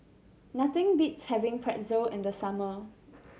nothing beats having Pretzel in the summer